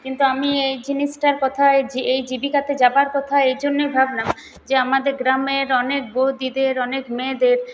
কিন্তু আমি এই জিনিসটার কথা এই জীবিকাতে যাওয়ার কথা এইজন্য ভাবলাম যে আমাদের গ্রামের অনেক বউদিদিদের অনেক মেয়েদের